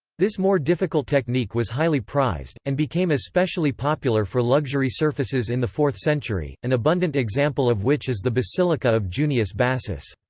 this more difficult technique was highly prized, and became especially popular for luxury surfaces in the fourth century, an abundant example of which is the basilica of junius bassus.